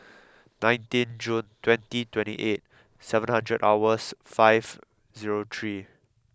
nineteen June twenty twenty eight seven hundred hours five zero three